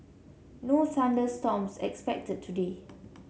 no thunder storms expected today